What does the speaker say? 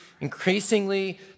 increasingly